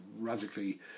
radically